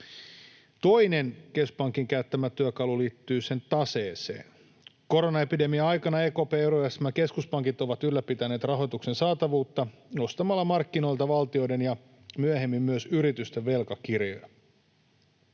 Toinen keskuspankin käyttämä työkalu liittyy sen taseeseen. Koronaepidemian aikana EKP ja eurojärjestelmän keskuspankit ovat ylläpitäneet rahoituksen saatavuutta nostamalla markkinoilta valtioiden ja myöhemmin myös yritysten velkakirjoja.